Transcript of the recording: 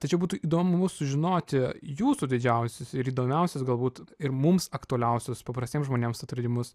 tačiau būtų įdomu sužinoti jūsų didžiausius ir įdomiausius galbūt ir mums aktualiausius paprastiems žmonėms atradimus